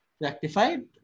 rectified